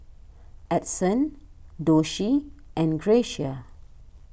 Edson Doshie and Gracia